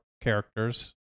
characters